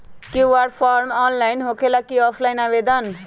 QR form online होकेला कि offline आवेदन?